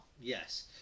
Yes